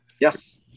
Yes